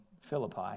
Philippi